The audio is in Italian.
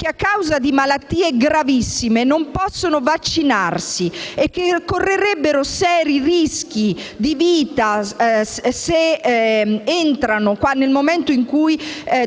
che, a causa di malattie gravissime, non possono vaccinarsi e che correrebbero seri rischi di vita nel momento in cui